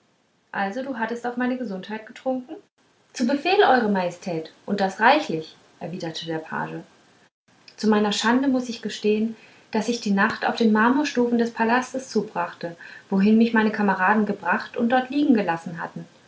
also du hattest auf meine gesundheit getrunken zu befehl eure majestät und das reichlich erwiderte der page zu meiner schande muß ich gestehen daß ich die nacht auf den marmorstufen des palastes zubrachte wohin mich meine kameraden gebracht und dort liegen gelassen hatten